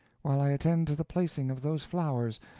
while i attend to the placing of those flowers,